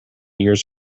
years